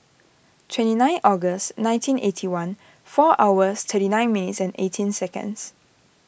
twenty nine August nineteen eighty one four hours thirty nine minutes and eighteen seconds